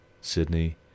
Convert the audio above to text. Sydney